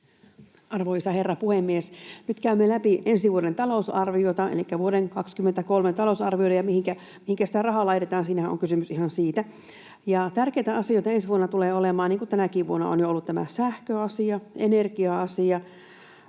Arvoisa herra puhemies! Nyt käymme läpi ensi vuoden talousarviota elikkä vuoden 23 talousarviota ja sitä, mihinkä sitä rahaa laitetaan — siinähän on kysymys ihan siitä. Tärkeitä asioita ensi vuonna tulevat olemaan, niin kuin tänäkin vuonna on jo ollut, tämä sähköasia, energia-asia